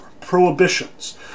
prohibitions